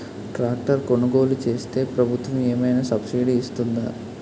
Tractor కొనుగోలు చేస్తే ప్రభుత్వం ఏమైనా సబ్సిడీ ఇస్తుందా?